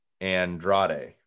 Andrade